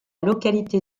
localité